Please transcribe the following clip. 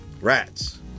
rats